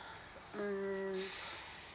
mm